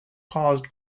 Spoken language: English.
caused